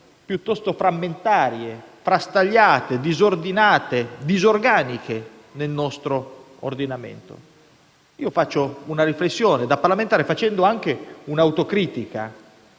piuttosto frammentarie, frastagliate, disordinate e disorganiche. Faccio una riflessione da parlamentare, facendo anche un'autocritica